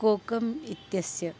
कोकम् इत्यस्य